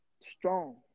strong